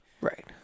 right